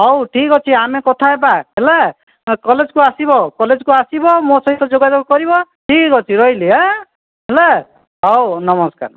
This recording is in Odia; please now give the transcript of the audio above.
ହେଉ ଠିକ୍ ଅଛି ଆମେ କଥା ହେବା ହେଲା କଲେଜକୁ ଆସିବ କଲେଜକୁ ଆସିବ ମୋ' ସହିତ ଯୋଗାଯୋଗ କରିବ ଠିକ୍ ଅଛି ରହିଲି ହାଁ ହେଲା ହେଉ ହେଉ ନମସ୍କାର